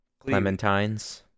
Clementines